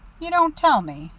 you don't tell me